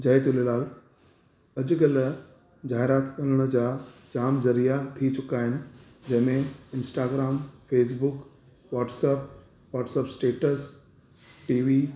जय झूलेलाल अॼुकल्ह जाहिरातुणि जा जाम ज़रिया थी चुका आहिनि जंहिंमें Instagram Facebook WhatsApp WhatsApp status T V